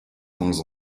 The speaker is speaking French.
temps